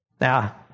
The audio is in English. Now